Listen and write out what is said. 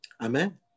Amen